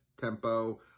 tempo